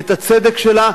את הצדק שלה,